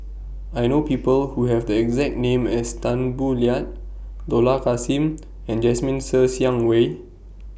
I know People Who Have The exact name as Tan Boo Liat Dollah Kassim and Jasmine Ser Xiang Wei